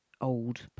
old